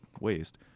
waste